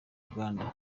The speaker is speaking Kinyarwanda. uruganda